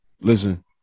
listen